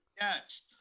Yes